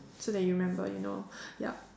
so that you'll remember you know yup